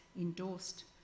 endorsed